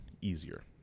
easier